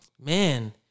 man